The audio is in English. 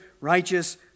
righteous